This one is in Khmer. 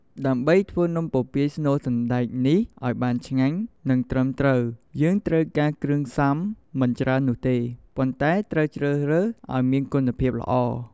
ដើម្បីធ្វើនំពពាយស្នូលសណ្តែកនេះឲ្យបានឆ្ងាញ់ និងត្រឹមត្រូវ យើងត្រូវការគ្រឿងផ្សំមិនច្រើននោះទេ ប៉ុន្តែត្រូវជ្រើសរើសឲ្យមានគុណភាពល្អ។